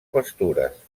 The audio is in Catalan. pastures